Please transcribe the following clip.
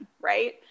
Right